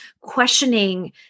questioning